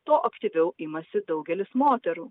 to aktyviau imasi daugelis moterų